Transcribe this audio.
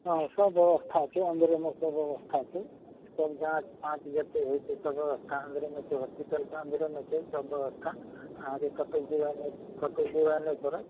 हँ सब ब्यवस्था छै अन्दरे मे सब ब्यवस्था छै सब जाँच फाँच जत्ते होइ छै सब ब्यवस्था अन्दरेमे छै होस्पिटलके अन्दरेमे छै सब ब्यवस्था अहाँके कतहुँ बौआए नहि कतहुँ बौआए नहि पड़ए